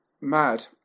mad